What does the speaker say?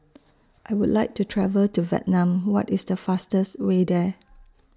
I Would like to travel to Vietnam What IS The fastest Way There